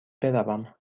بروم